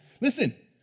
Listen